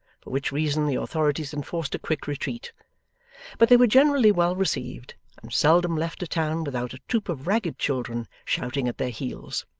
for which reason the authorities enforced a quick retreat but they were generally well received, and seldom left a town without a troop of ragged children shouting at their heels.